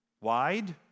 wide